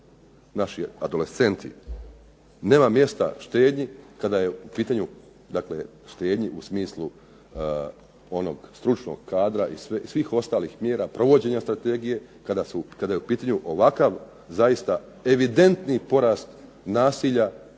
naši adolescenti, nema mjesta štednji kada je u pitanju, dakle štednji u smislu onog stručnog kadra i svih ostalih mjera provođenja strategije kada je u pitanju ovakav zaista evidentni porast nasilja,